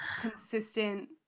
consistent